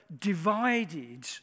divided